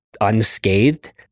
unscathed